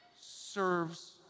serves